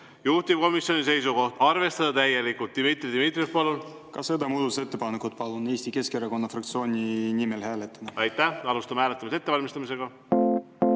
juhtivkomisjoni seisukoht on arvestada täielikult. Dmitri Dmitrijev, palun! Ka seda muudatusettepanekut palun Eesti Keskerakonna fraktsiooni nimel hääletada. Aitäh! Alustame hääletamise ettevalmistamist.